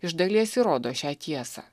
iš dalies įrodo šią tiesą